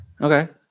okay